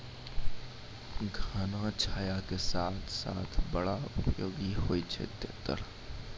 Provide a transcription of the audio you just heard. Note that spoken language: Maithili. घना छाया के साथ साथ बड़ा उपयोगी होय छै तेतर